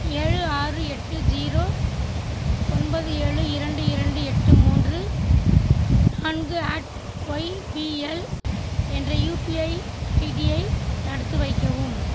ஏழு ஆறு எட்டு ஜீரோ ஒன்பது ஏழு இரண்டு இரண்டு எட்டு மூன்று நான்கு அட் ஒய்பிஎல் என்ற யூபிஐ ஐடியை தடுத்து வைக்கவும்